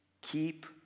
keep